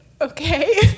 okay